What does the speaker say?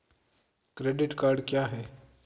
Credit card क्या है?